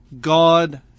God